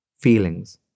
feelings